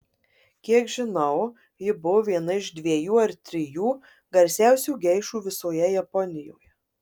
kiek žinau ji buvo viena iš dviejų ar trijų garsiausių geišų visoje japonijoje